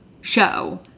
show